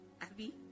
Abby